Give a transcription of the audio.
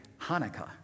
Hanukkah